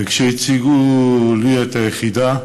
וכשהציגו לי את היחידה,